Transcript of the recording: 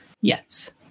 Yes